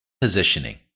Positioning